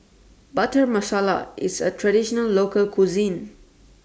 Butter Masala IS A Traditional Local Cuisine